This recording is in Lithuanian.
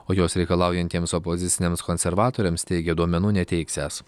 o jos reikalaujantiems opoziciniams konservatoriams teigė duomenų neteiksiąs